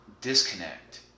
Disconnect